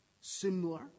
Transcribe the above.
similar